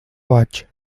boig